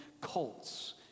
cults